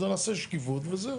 אז נעשה שקיפות וזהו.